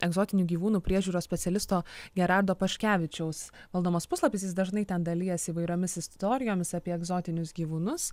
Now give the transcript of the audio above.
egzotinių gyvūnų priežiūros specialisto gerardo paškevičiaus valdomas puslapis jis dažnai ten dalijasi įvairiomis istorijomis apie egzotinius gyvūnus